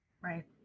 Right